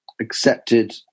accepted